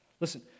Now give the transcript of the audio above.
Listen